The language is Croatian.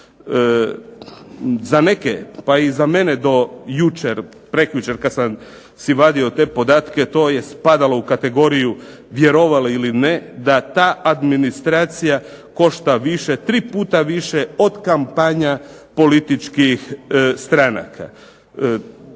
Za neke pa i za mene do jučer, prekjučer kada sam si vadio te podatke to je spadalo u kategoriju vjerovali ili ne da ta administracija košta tri puta više od kampanja političkih stranaka.